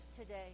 today